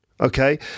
okay